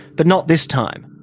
but not this time.